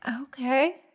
Okay